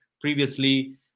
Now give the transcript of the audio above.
previously